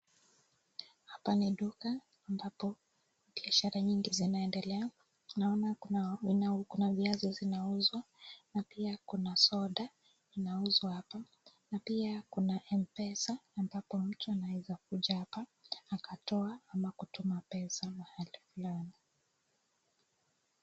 Hapa ni duka ambapo biashara nyingi zinaendelea. Naona kuna kuna viazi zinauzwa na pia kuna soda inauzwa hapa. Na pia kuna M-Pesa ambapo mtu anaweza kuja hapa akatoa ama kutuma pesa mahali fulani.